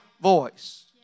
voice